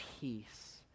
peace